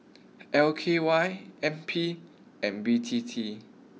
L K Y N P and B T T